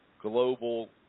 global